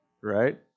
right